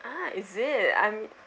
!huh! is it I'm